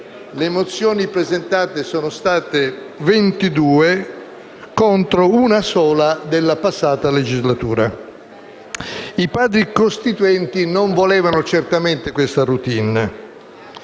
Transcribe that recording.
le mozioni presentate sono state 22 contro una sola della passata legislatura. I Padri costituenti non volevano certamente questa *routine*.